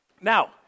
Now